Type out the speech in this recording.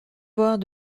voire